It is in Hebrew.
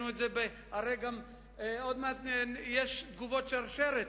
הרי עוד מעט יש תגובות שרשרת.